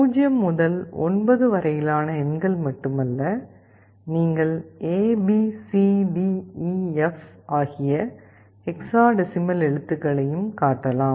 0 முதல் 9 வரையிலான எண்கள் மட்டுமல்ல நீங்கள் A B C D E F A B C D E F ஆகிய ஹெக்ஸாடெசிமல் எழுத்துக்களையும் காட்டலாம்